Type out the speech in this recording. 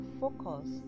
focus